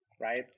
right